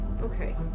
Okay